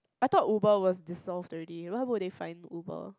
I thought Uber was dissolve already why would they fine Uber